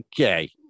Okay